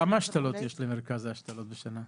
כמה השתלות יש למרכז ההשתלות בשנה?